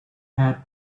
had